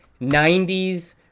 90s